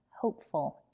hopeful